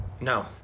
No